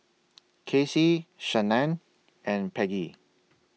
Kacey Shannan and Peggie